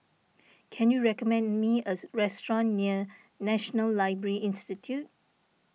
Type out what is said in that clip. can you recommend me a restaurant near National Library Institute